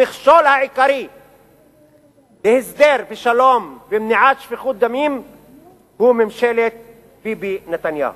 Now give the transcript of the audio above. המכשול העיקרי להסדר ושלום ומניעת שפיכות דמים הוא ממשלת ביבי נתניהו.